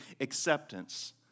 acceptance